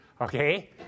okay